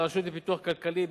גופי ייעוץ חיצוניים